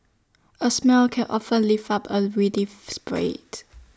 A smile can often lift up A spirit